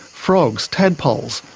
frogs, tadpoles,